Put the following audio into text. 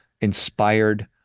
inspired